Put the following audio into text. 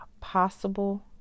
possible